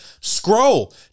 Scroll